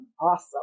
Awesome